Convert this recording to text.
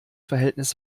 verhältnis